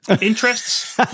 Interests